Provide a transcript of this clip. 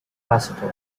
capacitor